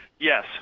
Yes